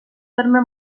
terme